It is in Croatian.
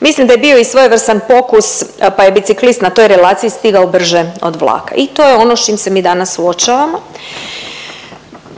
Mislim da je bio i svojevrstan pokus pa je biciklist na toj relaciji stigao brže od vlaka. I to je ono s čim se mi danas suočavamo.